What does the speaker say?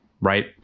right